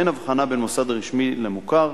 ואין הבחנה בין מוסד רשמי למוכר,